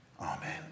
Amen